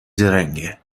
زرنگه